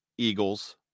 Eagles